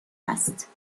است